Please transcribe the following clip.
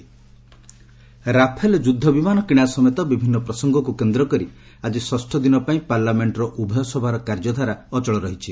parliament adjourn Rafale ଯୁଦ୍ଧ ବିମାନ କିଣା ସମେତ ବିଭିନ୍ନ ପ୍ରସଙ୍ଗକୁ କେନ୍ଦ୍ର କରି ଆକି ଷଷ୍ଠ ଦିନ ପାଇଁ ପାର୍ଲାମେଣ୍ଟର ଉଭୟ ସଭାର କାର୍ଯ୍ୟଧାରା ଅଚଳ ରହିଛି